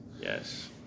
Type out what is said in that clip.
Yes